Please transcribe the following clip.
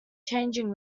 changing